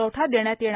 प्रवठा देण्यात येणार